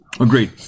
agreed